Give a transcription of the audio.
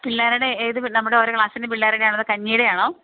പിള്ളേരുടെ ഏത് നമ്മുടെ ഓരോ ക്ലാസ്സിലെയും പിള്ളേരുടെ കയ്യില് കാണുന്ന കഞ്ഞിയുടെ ആണോ